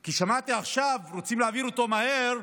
כי שמעתי עכשיו שרוצים להעביר אותו מהר,